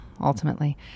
ultimately